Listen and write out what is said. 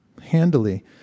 handily